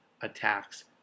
attacks